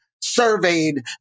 surveyed